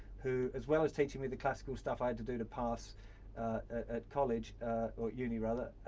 who, as well as teaching me the classical stuff i had to do to pass at college uni rather,